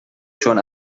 چون